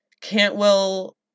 Cantwell